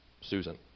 Susan